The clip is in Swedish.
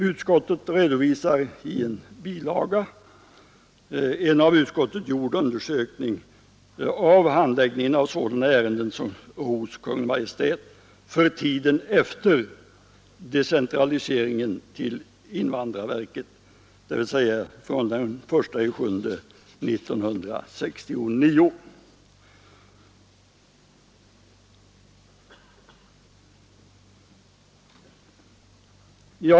Utskottet redovisar i en bilaga en av utskottet gjord undersökning av handläggningen av sådana ärenden hos Kungl. Maj:t för tiden efter decentraliseringen till invandrarverket, dvs. från den 1 juli 1969.